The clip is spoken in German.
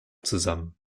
zusammen